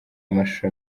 amashusho